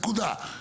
נקודה.